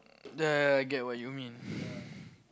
I get what you mean